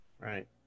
Right